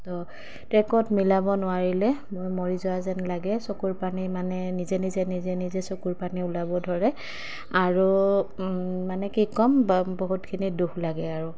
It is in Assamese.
তো ট্ৰেকত মিলাব নোৱাৰিলে মই মৰি যোৱা যেন লাগে চকুৰ পানী মানে নিজে নিজে নিজে নিজে চকুৰ পানী ওলাব ধৰে আৰু মানে কি ক'ম বা বহুতখিনি দুখ লাগে আৰু